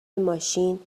ماشین